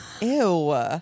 Ew